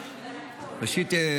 ראשית,